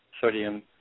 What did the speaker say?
sodium